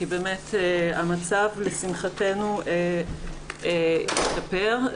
כי המצב לשמחתנו השתפר.